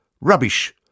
rubbish